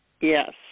Yes